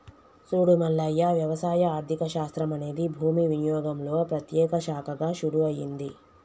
సూడు మల్లయ్య వ్యవసాయ ఆర్థిక శాస్త్రం అనేది భూమి వినియోగంలో ప్రత్యేక శాఖగా షురూ అయింది